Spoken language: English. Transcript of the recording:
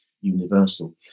universal